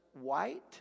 white